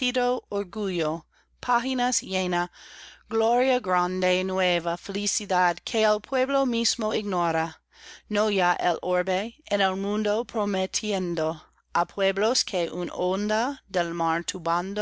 grande y nueva felicidad que el pueblo mismo ignora no ya el orbe en el mundo prometiendo á pueblos que una onda